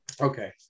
Okay